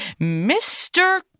Mr